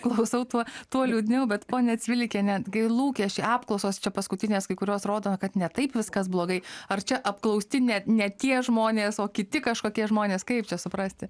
klausau tuo tuo liūdniau bet ponia cvilikiene kai lūkesčiai apklausos čia paskutinės kai kurios rodo kad ne taip viskas blogai ar čia apklausti ne ne tie žmonės o kiti kažkokie žmonės kaip čia suprasti